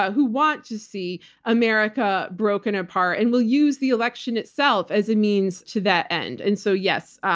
ah who want to see america broken apart and will use the election itself as a means to that end. and so, yes,